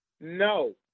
No